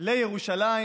לירושלים